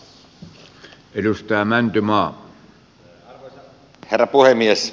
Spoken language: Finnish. arvoisa herra puhemies